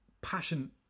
passion